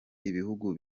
ibihugu